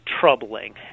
troubling